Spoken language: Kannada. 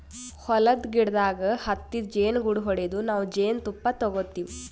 ಹೊಲದ್ದ್ ಗಿಡದಾಗ್ ಹತ್ತಿದ್ ಜೇನುಗೂಡು ಹೊಡದು ನಾವ್ ಜೇನ್ತುಪ್ಪ ತಗೋತಿವ್